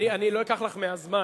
אני לא אקח לך מהזמן,